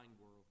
world